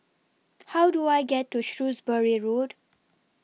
How Do I get to Shrewsbury Road